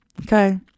Okay